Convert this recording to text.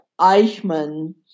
Eichmann